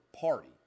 party